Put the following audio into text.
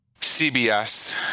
CBS